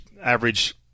average